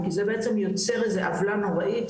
השמאל, כי זה בעצם יוצר עוולה נוראית